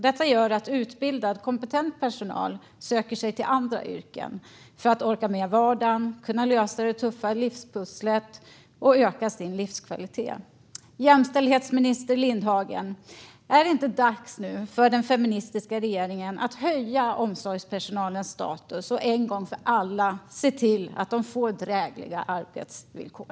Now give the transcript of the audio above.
Detta gör att utbildad, kompetent personal söker sig till andra yrken för att orka med vardagen, kunna lösa det tuffa livspusslet och öka sin livskvalitet. Jämställdhetsminister Lindhagen! Är det inte dags för den feministiska regeringen att höja omsorgspersonalens status och en gång för alla se till att de får drägliga arbetsvillkor?